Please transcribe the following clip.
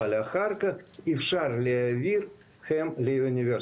אבל אחר כך ניתן להעביר אותם לאוניברסיטאות.